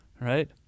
right